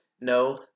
No